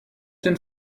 den